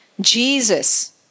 Jesus